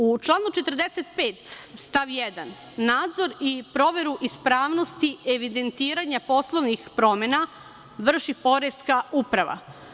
U članu 45. stav 1.kaže da nadzor i proveru ispravnosti evidentiranja poslovnih promena vrši poreska uprava.